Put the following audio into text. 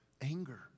anger